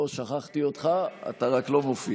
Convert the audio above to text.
לא שכחתי אותך, אתה רק לא מופיע.